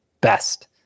best